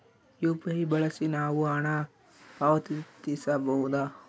UPI ಬಳಸಿ ನಾವು ಹಣ ಪಾವತಿಸಬಹುದಾ?